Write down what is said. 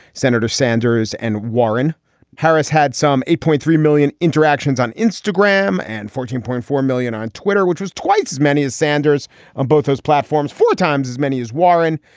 senator sanders and warren harris had some eight point three million interactions on instagram and fourteen point four million on twitter, which was twice as many as sanders on both those platforms, four times as many as warren.